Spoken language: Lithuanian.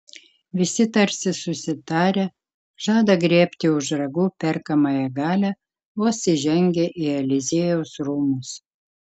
visi tarsi susitarę žada griebti už ragų perkamąją galią vos įžengę į eliziejaus rūmus